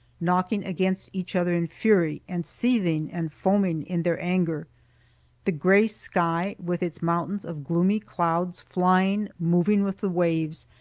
knocking against each other in fury, and seething and foaming in their anger the grey sky, with its mountains of gloomy clouds, flying, moving with the waves,